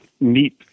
meet